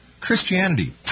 Christianity